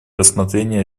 рассмотрении